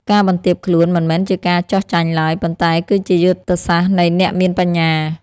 ការបន្ទាបខ្លួន មិនមែនជាការចុះចាញ់ឡើយ ប៉ុន្តែគឺជាយុទ្ធសាស្ត្រនៃអ្នកមានបញ្ញា។